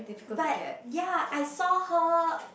but ya I saw her